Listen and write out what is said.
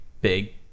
big